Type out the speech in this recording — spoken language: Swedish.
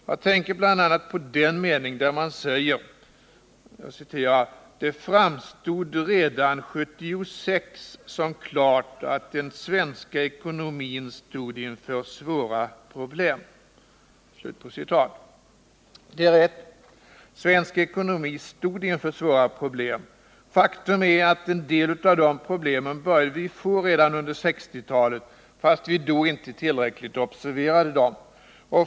Jag tänker bl.a. på den mening där man säger: ”Redan 1976 framstod det som klart att den svenska ekonomin stod inför svåra problem.” Det är rätt. Svensk ekonomi stod inför svåra problem. Faktum är att en del av de problemen började vi få redan under 1960-talet, fast vi då inte tillräckligt observerade dem.